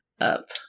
up